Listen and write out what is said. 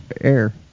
air